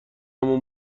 عمو